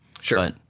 Sure